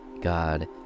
God